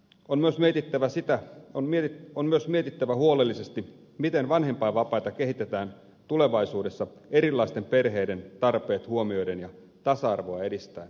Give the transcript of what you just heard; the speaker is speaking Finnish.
on myös mietittävä sitä on meri on myös mietittävä huolellisesti miten vanhempainvapaita kehitetään tulevaisuudessa erilaisten perheiden tarpeet huomioiden ja tasa arvoa edistäen